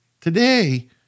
Today